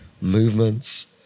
movements